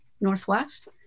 Northwest